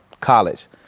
college